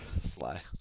Sly